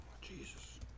Jesus